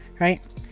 right